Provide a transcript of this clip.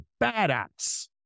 badass